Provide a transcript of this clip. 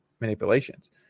manipulations